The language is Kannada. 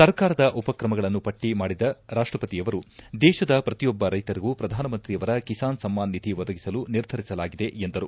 ಸರ್ಕಾರದ ಉಪ್ರಕಮಗಳನ್ನು ಪಟ್ಟಿ ಮಾಡಿದ ರಾಷ್ಟಪತಿಯವರು ದೇಶದ ಪ್ರತಿಯೊಬ್ಬ ರೈಕರಿಗೂ ಪ್ರಧಾನಮಂತ್ರಿಯವರ ಕಿಸಾನ್ ಸಮ್ಲಾನ್ ನಿಧಿ ಒದಗಿಸಲು ನಿರ್ಧರಿಸಲಾಗಿದೆ ಎಂದರು